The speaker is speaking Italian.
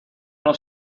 uno